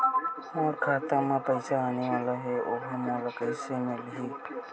मोर खाता म पईसा आने वाला हे ओहा मोला कइसे मिलही?